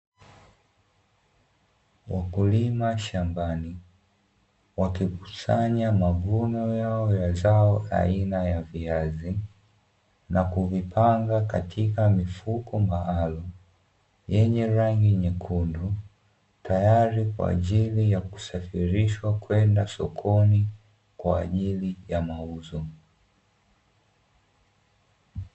Wakulima shambani wakikusanya mavuno yao ya zao aina ya viazi na kuvipanga katika mifuko maalamu yenye rangi nyekundu, tayari kwa ajili ya kusafirishwa kwenda sokoni kwa ajili ya mauzo.